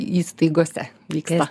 įstaigose vyksta